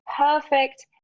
perfect